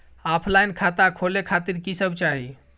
Offline खाता खोले खातिर की सब चाही?